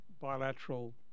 bilateral